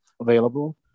available